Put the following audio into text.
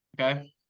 Okay